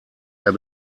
der